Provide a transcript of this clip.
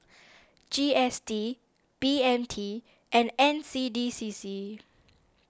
G S T B M T and N C D C C